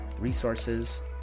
resources